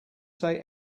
say